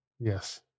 Yes